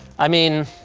i mean,